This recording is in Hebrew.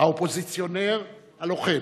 האופוזיציונר הלוחם,